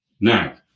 Now